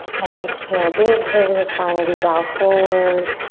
and exhale big curve in the spine as you bow forward.